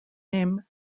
name